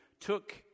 took